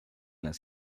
las